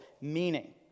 meaning